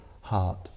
heart